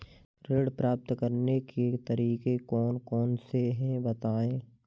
ऋण प्राप्त करने के तरीके कौन कौन से हैं बताएँ?